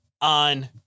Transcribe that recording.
on